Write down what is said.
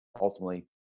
ultimately